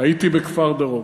הייתי בכפר-דרום,